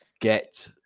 get